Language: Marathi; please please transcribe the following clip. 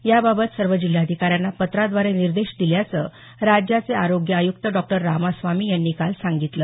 याबाबत सर्व जिल्हाधिकाऱ्यांना पत्राद्वारे निर्देश दिल्याचं राज्याचे आरोग्य आयुक्त डॉक्टर रामास्वामी यांनी काल सांगितलं